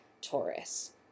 Taurus